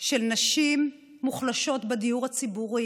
של נשים מוחלשות בדיור הציבורי,